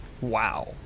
Wow